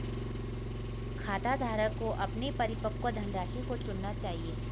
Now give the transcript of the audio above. खाताधारक को अपने परिपक्व धनराशि को चुनना चाहिए